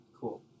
Cool